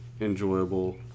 enjoyable